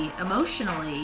emotionally